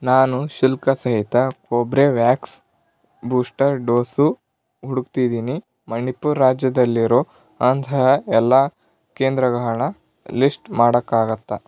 ನಾನು ಶುಲ್ಕ ಸಹಿತ ಕೊಬ್ರೇವ್ಯಾಕ್ಸ್ ಬೂಸ್ಟರ್ ಡೋಸು ಹುಡುಕ್ತಿದ್ದೀನಿ ಮಣಿಪುರ್ ರಾಜ್ಯದಲ್ಲಿರೋ ಅಂತಹ ಎಲ್ಲ ಕೇಂದ್ರಗಳನ್ನ ಲಿಸ್ಟ್ ಮಾಡೋಕ್ಕಾಗತ್ತಾ